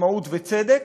עצמאות וצדק,